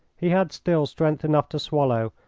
he had still strength enough to swallow,